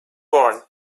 born